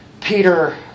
Peter